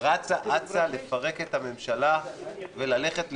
רצה אצה לפרק את הממשלה וללכת לבחירות?